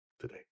today